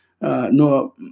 No